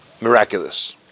miraculous